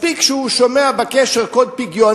מספיק שהוא שומע בקשר קוד פיגוע,